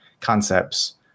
concepts